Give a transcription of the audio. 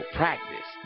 practice